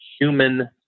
human